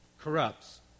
corrupts